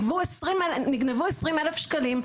נגנבו 20 אלף ש"ח,